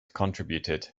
contributed